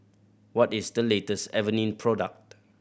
what is the latest Avene product